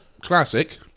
classic